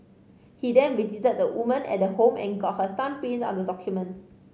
he then visited the woman at the home and got her thumbprints on the document